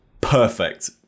Perfect